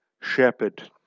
shepherd